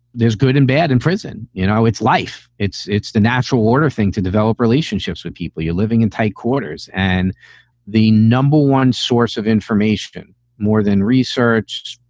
there's good and bad in prison. you know, it's life. it's it's the natural order thing to develop relationships with people. you're living in tight quarters. and the number one source of information more than research,